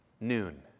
noon